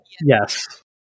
yes